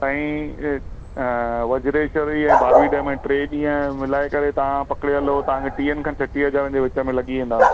सांईं वजरेशवरी ऐं बारवी डेम में टे ॾींहं मिलाइ करे तव्हां पकिड़े हलो तव्हां टीहनि खां छटीहनि हज़ारनि जे विच में लॻी वेंदा